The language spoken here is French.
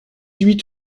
huit